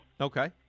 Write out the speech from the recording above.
Okay